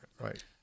right